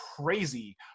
crazy